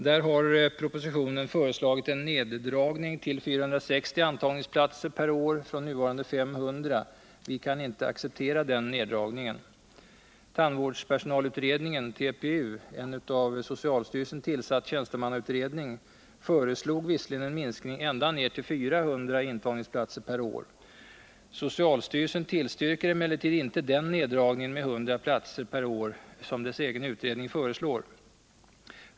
Där har propositionen föreslagit en neddragning till 460 antagningsplatser per år från nuvarande 500. Vi kan inte acceptera den neddragningen. Tandvårdspersonalutredningen, TPU, en av socialstyrelsen tillsatt tjänstemannautredning, föreslog visserligen en minskning ända ner till 400 intagningsplatser per år. Socialstyrelsen tillstyrker emellertid inte den neddragning med 100 platser per år som dess egen utredning föreslår.